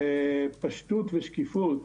הוא פשטות ושקיפות,